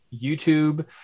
YouTube